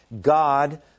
God